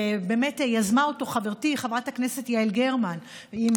שיזמה אותו חברתי חברת הכנסת יעל גרמן עם